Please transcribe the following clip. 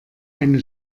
eine